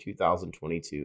2022